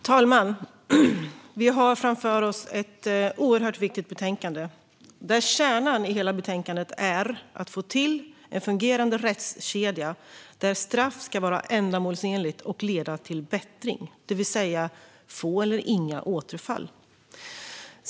Herr talman! Vi har framför oss ett oerhört viktigt betänkande. Kärnan i hela betänkandet är att få till en fungerande rättskedja, där straff ska vara ändamålsenligt och leda till bättring, det vill säga att det ska bli få eller inga återfall.